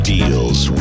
Deals